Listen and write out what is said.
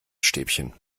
stäbchen